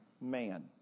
man